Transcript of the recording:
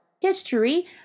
history